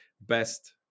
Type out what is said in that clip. best